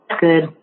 Good